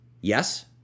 yes